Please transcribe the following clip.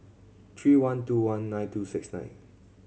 three one two one nine two six nine